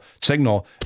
signal